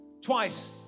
twice